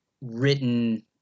written